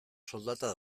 soldatak